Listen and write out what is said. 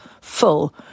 full